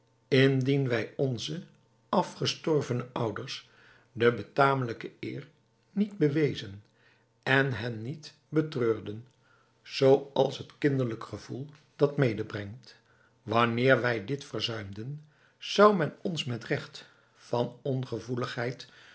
indien wij onze afgestorvene ouders de betamelijke eer niet bewezen en hen niet betreurden zoo als het kinderlijk gevoel dat medebrengt wanneer wij dit verzuimden zou men ons met regt van